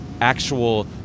actual –